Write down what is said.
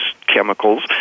chemicals